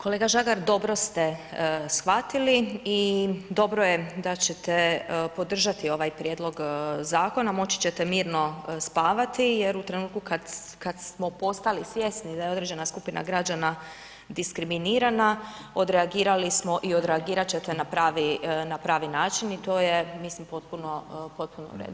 Kolega Žagar, dobro ste shvatili i dobro je da ćete podržati ovaj prijedlog zakona, moći ćete mirno spavati jer u trenutku kad smo postali svjesni da je određena skupina građana diskriminirana, odreagirali smo i odreagirat ćete na pravi način i to je mislim potpuno u redu.